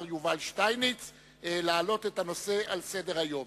יובל שטייניץ להעלות את הנושא על סדר-היום.